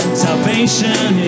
Salvation